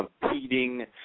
competing